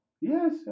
Yes